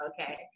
okay